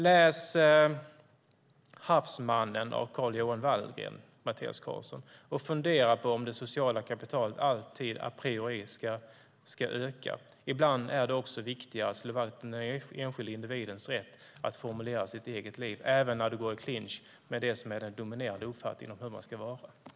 Läs Havsmannen av Carl-Johan Vallgren och fundera på om det sociala kapitalet alltid ska öka. Ibland är det också viktigt att slå vakt om den enskilde individens rätt att formulera sitt eget liv - även när det går i clinch med den dominerande uppfattningen om hur man ska vara. Herr talman!